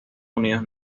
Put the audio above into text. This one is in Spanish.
unidos